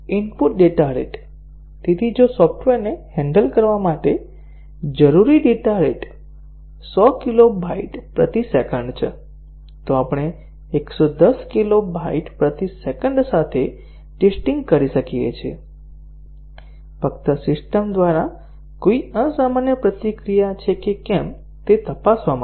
input data rate જો સોફ્ટવેરને handle કરવા માટે જરૂરી ડેટા રેટ 100 કિલો બાઇટ પ્રતિ સેકન્ડ છે તો આપણે 110 કિલો બાઇટ પ્રતિ સેકન્ડ સાથે ટેસ્ટીંગ કરી શકીએ છીએ ફક્ત સિસ્ટમ દ્વારા કોઈ અસામાન્ય પ્રતિક્રિયા છે કે કેમ તે તપાસવા માટે